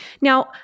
Now